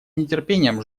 нетерпением